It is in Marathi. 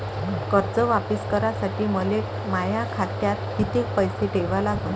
कर्ज वापिस करासाठी मले माया खात्यात कितीक पैसे ठेवा लागन?